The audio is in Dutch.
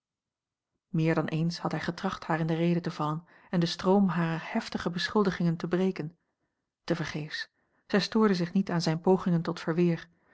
meer dan eens had hij getracht haar in de rede te vallen en den stroom harer heftige beschuldigingen te breken tevergeefs zij stoorde zich niet aan zijne pogingen tot verweer